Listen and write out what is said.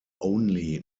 only